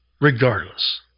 regardless